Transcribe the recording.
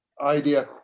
idea